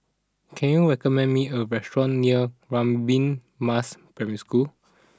can you recommend me a restaurant near Radin Mas Primary School